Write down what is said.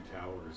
Towers